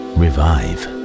revive